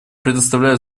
предоставляю